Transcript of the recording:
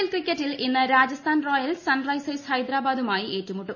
L ക്രിക്കറ്റിൽ ഇന്ന് Rajasthan Royals Sunrisers ഹൈദരാബാദുമായി ഏറ്റുമുട്ടും